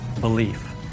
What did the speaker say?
Belief